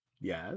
Yes